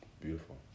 beautiful